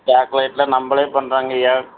சாக்லேட்லாம் நம்மளே பண்ணுறோங்கய்யா